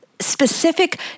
specific